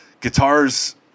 guitars